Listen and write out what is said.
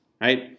right